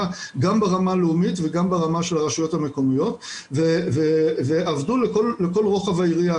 גם ברמה הלאומית וגם ברמה של הרשויות המקומיות ועבדו לכל רוחב היריעה,